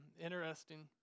Interesting